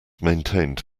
maintained